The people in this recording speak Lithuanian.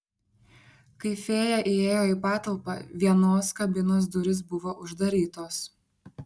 kai fėja įėjo į patalpą vienos kabinos durys buvo uždarytos